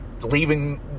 leaving